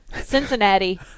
Cincinnati